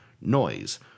Noise